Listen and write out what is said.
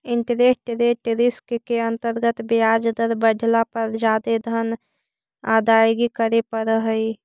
interest rate risk के अंतर्गत ब्याज दर बढ़ला पर जादे धन अदायगी करे पड़ऽ हई